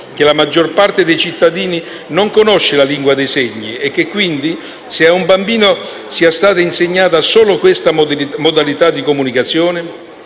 che la maggior parte dei cittadini non conosce la lingua dei segni e che, quindi, se ad un bambino è stata insegnata solo questa modalità di comunicazione,